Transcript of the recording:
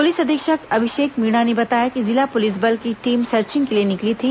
police अधीक्षक अभिषेक मीणा ने बताया कि जिला पुलिस बल की टीम सर्चिंग के लिए निकली थी